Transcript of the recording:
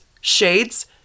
shades